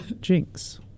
Jinx